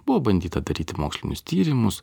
buvo bandyta daryti mokslinius tyrimus